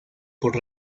por